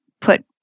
put